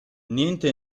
niente